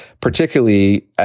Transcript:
particularly